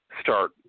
start